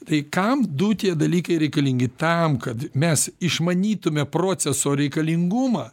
tai kam du tie dalykai reikalingi tam kad mes išmanytume proceso reikalingumą